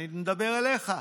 אני מדבר אליך.